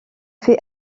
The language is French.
fait